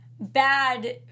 bad